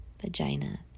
vagina